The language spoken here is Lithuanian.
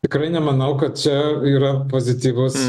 tikrai nemanau kad čia yra pozityvus